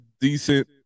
decent